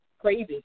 crazy